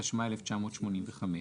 התשמ"ה-1985.